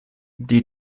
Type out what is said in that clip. die